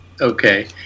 Okay